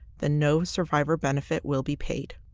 then no survivor benefit will be paid.